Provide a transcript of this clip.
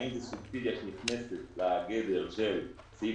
האם זו סובסידיה שנכנסת לגדר של סעיף